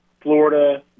Florida